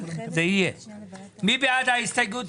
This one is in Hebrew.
מי בעד ההסתייגות?